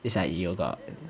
it's like yoga